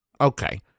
Okay